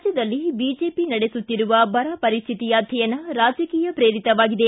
ರಾಜ್ಯದಲ್ಲಿ ಬಿಜೆಪಿ ನಡೆಸುತ್ತಿರುವ ಬರ ಪರಿಸ್ಥಿತಿ ಅಧ್ಯಯನ ರಾಜಕೀಯ ಪ್ರೇರಿತವಾಗಿದೆ